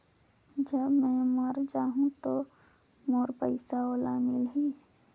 जब मै मर जाहूं तो मोर पइसा ओला मिली?